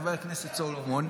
חבר הכנסת סולומון,